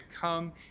come